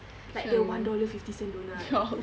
like the one dollar fifty cent doughnut